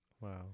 wow